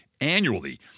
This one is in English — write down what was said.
annually